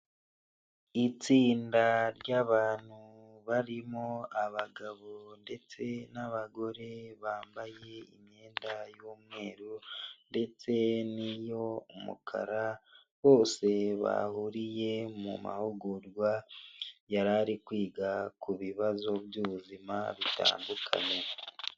Itsinda ry'abantu barimo abagabo ndetse n'abagore bambaye imyenda y'umweru ndetse n'iy'umukara, bose bahuriye mu mahugurwa yari ari kwiga ku bibazo by'ubuzima bitandukanye.